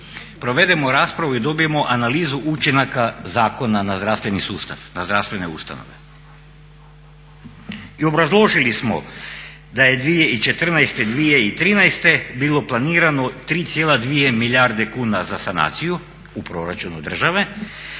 provedemo raspravu i dobijemo analizu učinaka zakona na zdravstveni sustav, na zdravstvene ustanove. I obrazložili smo da je 2014., 2013. bilo planirano 3,2 milijarde kuna za sanaciju u proračunu države,